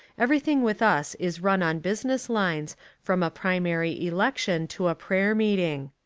everything with us is run on business lines from a primary election to a prayer meeting.